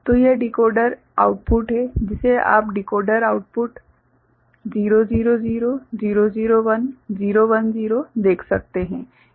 तो यह decoder output है जिसे आप डिकोडर आउटपुट 000 001 010 देख सकते हैं